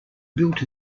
built